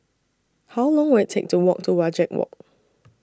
How Long Will IT Take to Walk to Wajek Walk